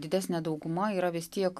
didesnė dauguma yra vis tiek